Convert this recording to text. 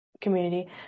community